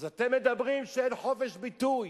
אז אתם מדברים שאין חופש ביטוי?